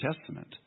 Testament